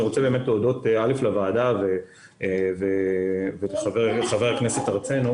אני רוצה להודות לוועדה ולחבר הכנסת הרצנו